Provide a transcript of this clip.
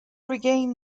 regained